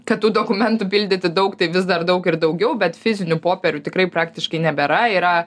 kad tų dokumentų pildyti daug tai vis dar daug ir daugiau bet fizinių popierių tikrai praktiškai nebėra yra